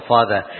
Father